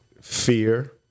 fear